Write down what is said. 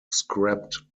scrapped